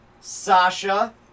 Sasha